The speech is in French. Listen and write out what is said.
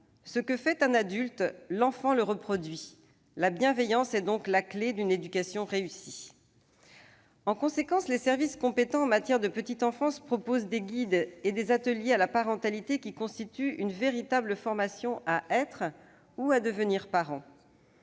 Ce que fait un adulte, l'enfant le reproduit. La bienveillance est donc la clé d'une éducation réussie. En conséquence, les services compétents en matière de petite enfance proposent des guides et des ateliers à la parentalité qui constituent une véritable formation à être ou à devenir parents.